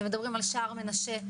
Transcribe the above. אתם מדברים על שער מנשה,